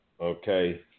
okay